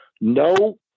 No